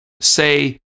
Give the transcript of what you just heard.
say